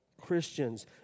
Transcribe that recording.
Christians